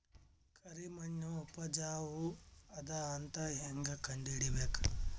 ಕರಿಮಣ್ಣು ಉಪಜಾವು ಅದ ಅಂತ ಹೇಂಗ ಕಂಡುಹಿಡಿಬೇಕು?